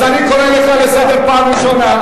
אז אני קורא לסדר פעם ראשונה.